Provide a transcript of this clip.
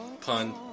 Pun